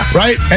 right